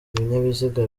ibinyabiziga